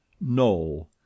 No